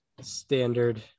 standard